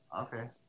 Okay